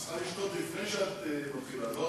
טוב, בבקשה, אדוני.